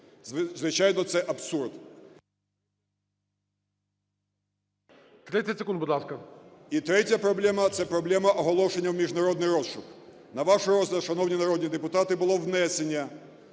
ласка. ЛУЦЕНКО Ю.В. І третя проблема. Це проблема оголошення в міжнародний розшук. На ваш розгляд, шановні народні депутати, було внесено